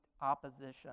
opposition